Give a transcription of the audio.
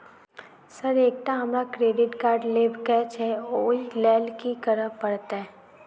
Sir एकटा हमरा credit card लेबकै छैय ओई लैल की करऽ परतै?